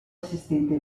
assistente